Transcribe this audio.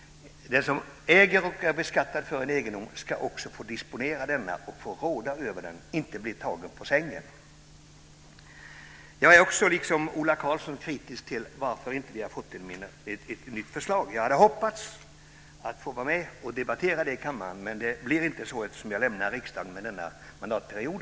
Den som äger och är beskattad för en egendom ska också få disponera den och råda över den - inte bli tagen på sängen. Jag är, liksom Ola Karlsson, kritisk till att vi inte har fått ett nytt förslag. Jag hade hoppats att få vara med och debattera det i kammaren. Nu blir det inte så eftersom jag lämnar riksdagen i och med denna mandatperiod.